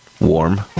warm